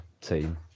team